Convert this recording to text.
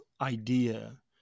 idea